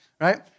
right